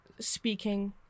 speaking